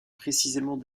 précisément